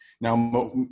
Now